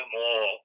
more